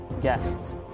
guests